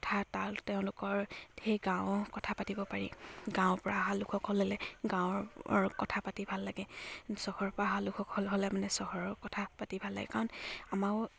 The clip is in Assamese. কথাৰ তাল তেওঁলোকৰ সেই গাঁৱৰ কথা পাতিব পাৰি গাঁৱৰ পৰা লোকসকল হ'লে গাঁৱৰ কথা পাতি ভাল লাগে চহৰৰ পৰা অহা লোকসকল হ'লে মানে চহৰৰ কথা পাতি ভাল লাগে কাৰণ আমাৰো